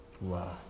Wow